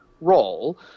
Role